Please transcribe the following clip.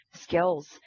skills